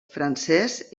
francès